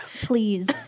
Please